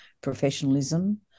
professionalism